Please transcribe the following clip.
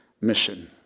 mission